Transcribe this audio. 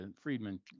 Friedman